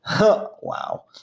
Wow